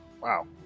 Wow